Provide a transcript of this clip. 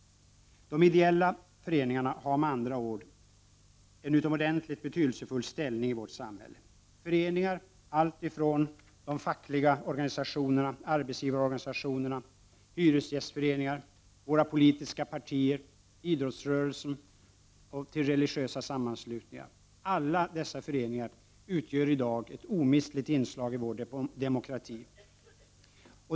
De ideella föreningarna har med andra ord en utomordentligt betydelsefull ställning i vårt samhälle. Föreningar, allt ifrån fackliga organisationer, arbetsgivarorganisationer, hyresgästföreningar, politiska organisationer, idrottsrörelsen till religiösa sammanslutningar utgör i dag ett omistligt inslag i vår demokrati.